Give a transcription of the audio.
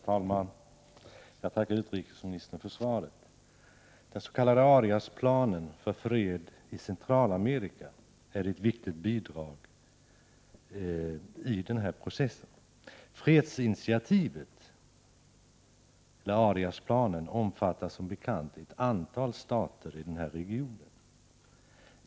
Herr talman! Jag tackar utrikesministern för svaret. Den s.k. Ariasplanen för fred i Centralamerika är ett viktigt bidrag i den här processen. Fredsinitiativet, eller Ariasplanen, omfattar som bekant ett antal stater i den här regionen.